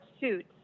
suits